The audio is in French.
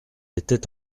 était